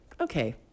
okay